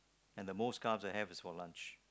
and the most carbs I have is for lunch